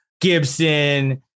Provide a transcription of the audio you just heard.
Gibson